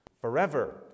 forever